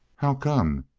how come?